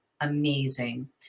amazing